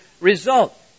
result